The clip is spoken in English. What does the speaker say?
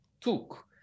took